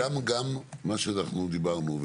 גם מה שאנחנו דיברנו,